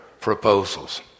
proposals